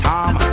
Tom